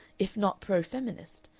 if not pro-feminist,